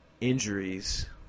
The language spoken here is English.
injuries